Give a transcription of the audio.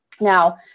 Now